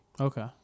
Okay